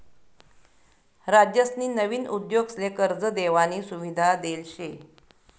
राज्यसनी नवीन उद्योगसले कर्ज देवानी सुविधा देल शे